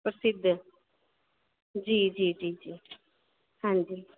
प्रसिद्ध जी जी जी हां जी